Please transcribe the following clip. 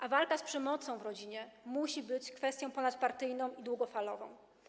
A walka z przemocą w rodzinie musi być kwestią ponadpartyjną i długofalową.